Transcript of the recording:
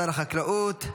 שר החקלאות,